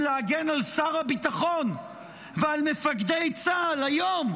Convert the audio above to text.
להגן על שר הביטחון ועל מפקדי צה"ל היום,